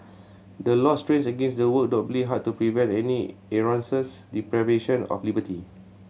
the law strains against and works doubly hard to prevent any erroneous deprivation of liberty